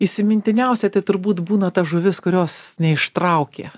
įsimintiniausia tai turbūt būna ta žuvis kurios neištraukė